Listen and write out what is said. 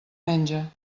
menja